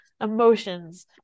emotions